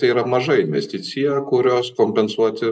tai yra maža investicija kurios kompensuoti